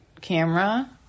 camera